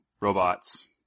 robots